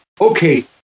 okay